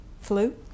flu